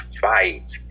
fight